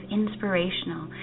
inspirational